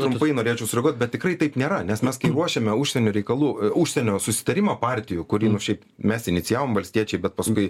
labai norėčiau sureaguot bet tikrai taip nėra nes mes ruošiame užsienio reikalų užsienio susitarimą partijų kurį nu šiaip mes inicijavom valstiečiai bet paskui